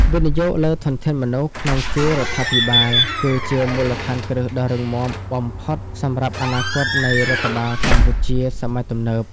វិនិយោគលើធនធានមនុស្សក្នុងជួររដ្ឋាភិបាល គឺជាមូលដ្ឋានគ្រឹះដ៏រឹងមាំបំផុតសម្រាប់អនាគតនៃរដ្ឋបាលកម្ពុជាសម័យទំនើប។